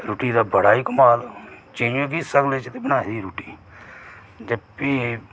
रुट्टी दा बड़ा ही कमाल इयां बी सगले च बनाई ही रुट्टी ते फ्ही